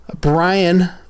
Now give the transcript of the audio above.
Brian